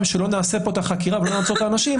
שלא נעשה פה את החקירה ולא נאתר את האנשים,